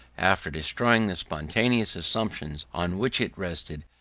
after destroying the spontaneous assumptions on which it rested,